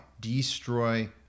destroy